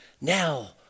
now